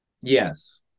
Yes